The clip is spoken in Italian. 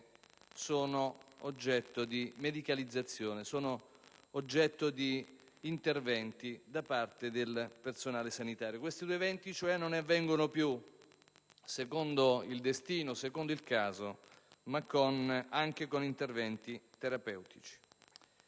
sono oggetto di medicalizzazione, di interventi da parte del personale sanitario. Questi due eventi, cioè, non avvengono più secondo il destino, secondo il caso, ma anche attraverso interventi terapeutici.